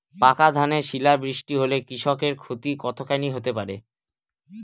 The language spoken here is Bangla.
পাকা ধানে শিলা বৃষ্টি হলে কৃষকের ক্ষতি কতখানি হতে পারে?